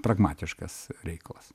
pragmatiškas reikalas